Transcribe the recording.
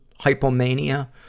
hypomania